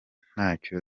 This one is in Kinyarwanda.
ntacyo